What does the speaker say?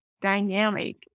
dynamic